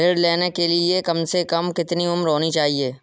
ऋण लेने के लिए कम से कम कितनी उम्र होनी चाहिए?